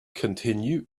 continue